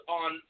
on